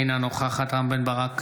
אינה נוכחת רם בן ברק,